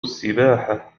السباحة